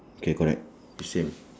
K correct is same